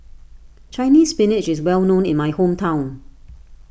Chinese Spinach is well known in my hometown